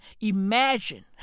imagine